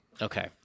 Okay